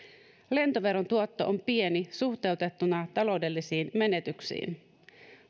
lentoveron tuotto on pieni suhteutettuna taloudellisiin menetyksiin